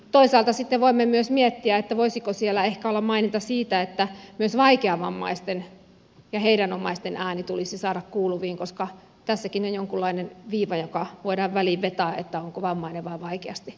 toisaalta voimme miettiä myös sitä voisiko siellä ehkä olla maininta että myös vaikeavammaisten ja heidän omaistensa ääni tulisi saada kuuluviin koska tässäkin jo jonkunlainen viiva voidaan siihen väliin vetää onko vammainen vai vaikeasti vammainen